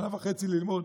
שנה וחצי ללמוד,